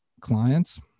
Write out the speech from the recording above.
clients